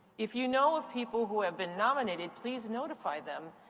if you know of people who have been nominated, please notify them.